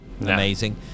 amazing